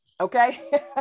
Okay